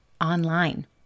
online